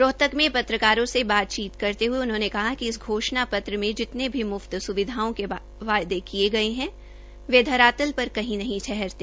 रोहतक में पत्रकारों से बातचीत करते हये उन्होंने कहा कि इस घोषणा पत्र में जितने भी मुफ्त सुविधाओं के वादे किए गए हैं वे धरातल पर कहीं नहीं ठहरते